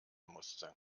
musste